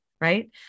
right